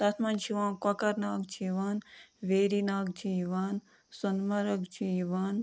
تَتھ منٛز چھِ یِوان کۄکَر ناگ چھِ یِوان ویری ناگ چھِ یِوان سۄنہٕ مرگ چھِ یِوان